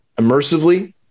immersively